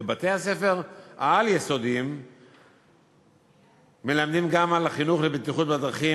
בבתי-הספר העל-יסודיים גם מוקנה חינוך לבטיחות בדרכים,